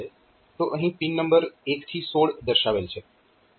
તો અહીં pin number 1 થી 16 દર્શાવેલ છે